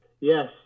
Yes